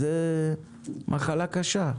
וזאת מחלה קשה,